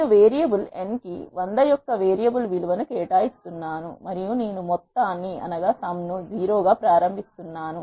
నేను variable n కి 100 యొక్క వేరియబుల్ విలువను కేటాయిస్తున్నాను మరియు నేను మొత్తాన్ని 0 గా ప్రారంభిస్తున్నాను